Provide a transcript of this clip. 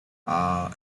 our